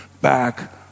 back